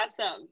awesome